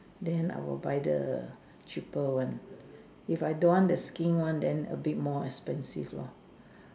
then I will buy the cheaper one if I don't want the skin one then a bit more expensive lor